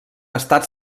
estat